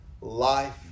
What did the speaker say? life